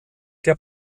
der